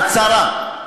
הצרה.